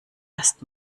erst